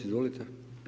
Izvolite.